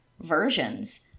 versions